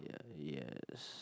yes